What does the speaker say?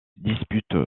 dispute